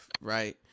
right